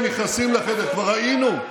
הכנסת אורנה ברביבאי, קריאה ראשונה.